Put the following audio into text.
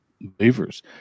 believers